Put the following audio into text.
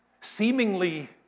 Seemingly